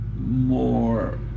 more